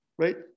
Right